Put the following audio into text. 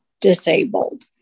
disabled